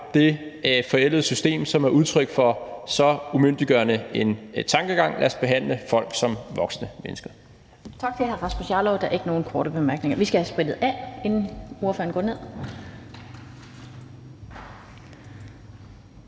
det forældede system, som er udtryk for så umyndiggørende en tankegang, lad os behandle folk som voksne mennesker.